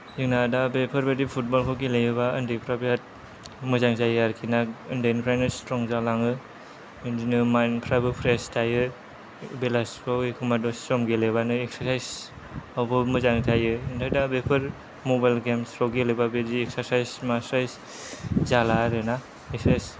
जोंना दा बेफोरबादि फुटबलफोर गेलेयोब्ला उन्दैफ्रा बेराद मोजां जायो आरोखिना उन्दैनिफ्रायनो स्ट्रं जालाङो बिदिनो माइन्डफ्राबो फ्रेश थायो बेलासिफ्राव एखमब्ला दसे सम गेलेब्लानो एक्सारसायसआवबो मोजां जायो ओमफ्राय दा बेफोर मबाइल गेम्सफ्राव गेलेब्ला बिदि एक्सारसाइस मा सायस जाला आरोना एक्सारसाइस